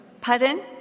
Pardon